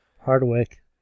Hardwick